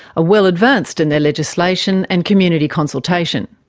ah well advanced in their legislation and community consultation.